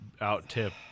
out-tip